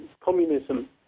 communism